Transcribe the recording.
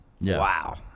Wow